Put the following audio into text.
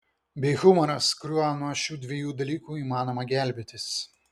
bei humoras kuriuo nuo šių dviejų dalykų įmanoma gelbėtis